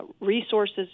resources